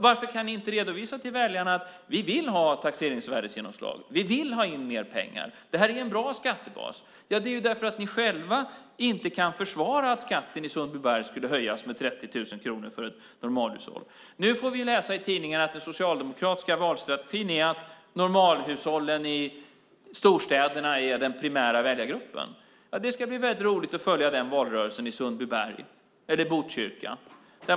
Varför kan ni inte redovisa det för väljarna? Vi vill ha taxeringsvärdesgenomslag. Vi vill ha in mer pengar. Det här är en bra skattebas. Det är därför att ni själva inte kan försvara att skatten i Sundbyberg skulle höjas med 30 000 kronor för ett normalhushåll. Nu får vi läsa i tidningarna att den socialdemokratiska valstrategin är att normalhushållen i storstäderna är den primära väljargruppen. Det ska bli väldigt roligt att följa den valrörelsen i Sundbyberg och Botkyrka.